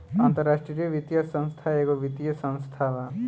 अन्तराष्ट्रिय वित्तीय संस्था एगो वित्तीय संस्था बा